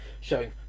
showing